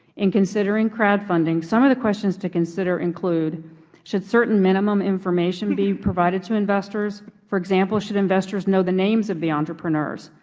in considering crowdfunding, some of the questions to consider include should certain minimum information be provided to investors? for example, should investors know the names of the entrepreneurs,